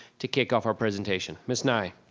to kick off our presentation. miss nigh.